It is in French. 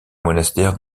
monastère